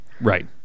right